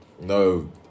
no